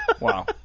Wow